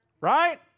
right